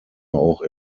auch